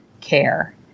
care